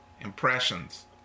Impressions